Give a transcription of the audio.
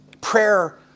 Prayer